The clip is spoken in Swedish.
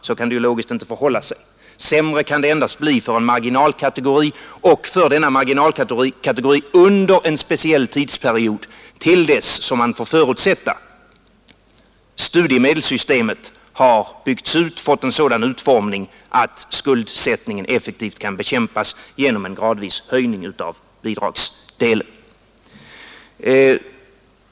Så kan det ju logiskt sett inte förhålla sig. Sämre kan det endast bli för en marginalkategori och för denna marginalkategori under en speciell tidsperiod till dess att — som man får förutsätta — studiemedelssystemet byggts ut och fått en sådan utformning att skuldsättning effektivt kan bekämpas genom en gradvis höjning av bidragsdelen.